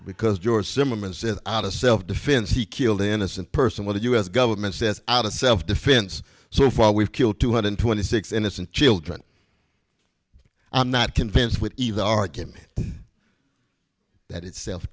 said out of self defense he killed innocent person while the us government says out of self defense so far we've killed two hundred and twenty six innocent children i'm not convinced with either argument that it's self